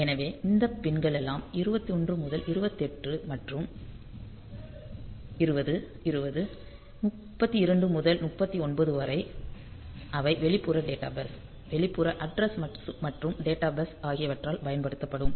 எனவே இந்த பின் களெல்லாம் 21 முதல் 28 மற்றும் 20 20 32 முதல் 39 வரை அவை வெளிப்புற டேட்டா பஸ் வெளிப்புற அட்ரஸ் மற்றும் டேட்டா பஸ் ஆகியவற்றால் பயன்படுத்தப்படும்